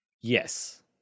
Yes